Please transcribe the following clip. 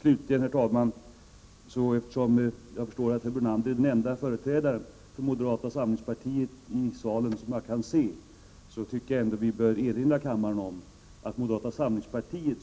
Slutligen, herr talman, eftersom ingen företrädare för moderata samlingspartiet är i salen tycker jag att vi bör erinra kammaren om att också moderata samlingspartiet